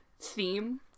theme